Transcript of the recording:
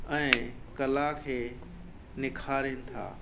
ऐं कला खे निखारीनि था